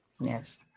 Yes